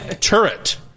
turret